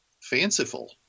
fanciful